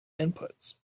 inputs